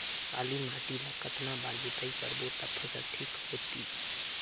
काली माटी ला कतना बार जुताई करबो ता फसल ठीक होती?